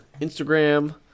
Instagram